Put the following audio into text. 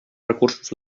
recursos